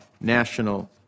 national